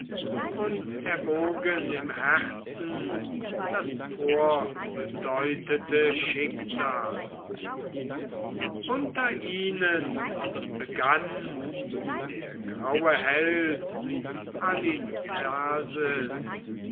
und erwogen im herzen das vorbedeutete schicksal unter ihnen begann der graue held